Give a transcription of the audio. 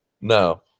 No